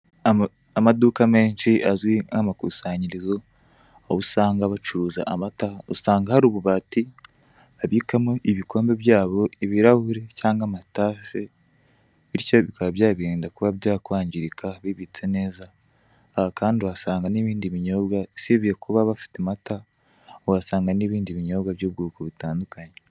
Amaduka menshi azwi nk'amakusanyirizo aho usanga bacuruza amata. Usanga hari ububati abikamo ibikombe byabo, ibirahuri cyangwa amatasi. Bityo bikaba byabiririnda kuba byakwangirika bibitse neza. Aha kandi uhasanga n'ibindi binyobwa usibye kuba bafite amata, uhasanga n'ibindi binyobwa by'ubwoko butandukanye.